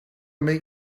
meet